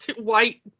white